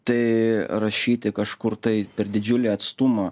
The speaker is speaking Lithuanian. tai rašyti kažkur tai per didžiulį atstumą